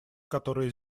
которые